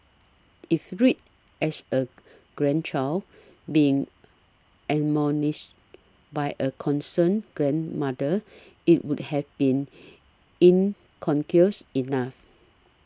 if read as a grandchild being admonished by a concerned grandmother it would have been enough